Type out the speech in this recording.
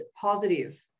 positive